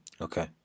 Okay